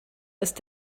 ist